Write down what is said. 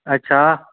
अच्छा